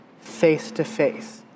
face-to-face